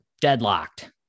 deadlocked